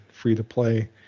free-to-play